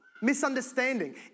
Misunderstanding